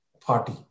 party